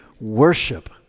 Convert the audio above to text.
worship